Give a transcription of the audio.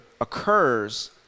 occurs